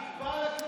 אני מתפלא עליך,